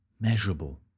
measurable